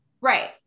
Right